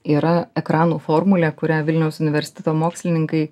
yra ekranų formulė kurią vilniaus universiteto mokslininkai